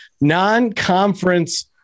non-conference